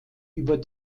über